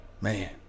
Man